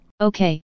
Okay